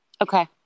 Okay